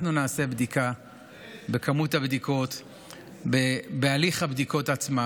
אנחנו נעשה בדיקה של מספר הבדיקות בהליך הבדיקות עצמן,